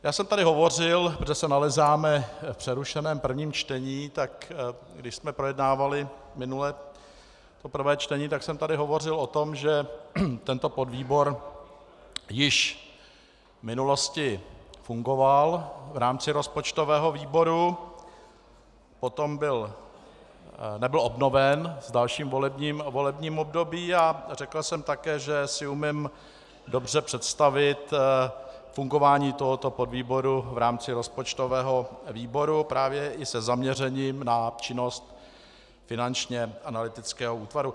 Já jsem tady hovořil, protože se nalézáme v přerušeném prvním čtení, tak když jsme projednávali minule to prvé čtení, tak jsem tady hovořil o tom, že tento podvýbor již v minulosti fungoval v rámci rozpočtového výboru, potom nebyl obnoven v dalším volebním období, a řekl jsem také, že si umím dobře představit fungování tohoto podvýboru v rámci rozpočtového výboru, právě i se zaměřením na činnost Finančního analytického útvaru.